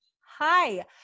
hi